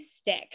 stick